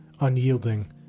Unyielding